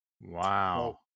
Wow